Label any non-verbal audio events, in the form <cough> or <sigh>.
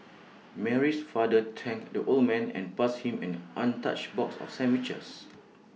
Mary's father thanked the old man and passed him an untouched box <noise> of sandwiches